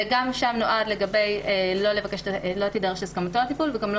גם שם לא תידרש הסכמתו לטיפול וגם לא